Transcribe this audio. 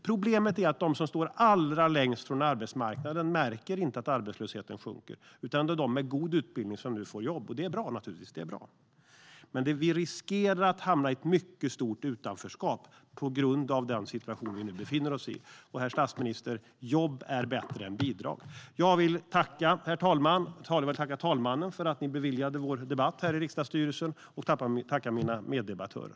Problemet är att de som står allra längst från arbetsmarknaden inte märker att arbetslösheten sjunker, utan det är de med god utbildning som nu får jobb. Det är naturligtvis bra att de får det, men vi riskerar att skapa ett mycket stort utanförskap på grund av den situation vi nu befinner oss i. Och, herr statsminister, jobb är bättre än bidrag. Jag vill tacka herr talmannen för att riksdagsstyrelsen beviljade vår debatt, och jag vill tacka mina meddebattörer.